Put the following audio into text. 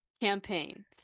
Campaign